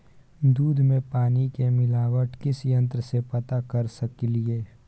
दूध में पानी के मिलावट किस यंत्र से पता कर सकलिए?